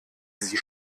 sie